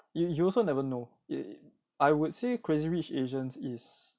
you you also never know err I would say crazy rich asians is